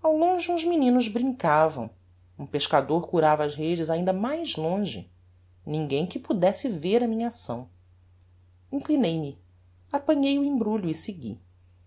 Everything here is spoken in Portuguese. ao longe uns meninos brincavam um pescador curava as redes ainda mais longe ninguem que pudesse ver a minha acção inclinei-me apanhei o embrulho e segui